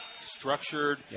structured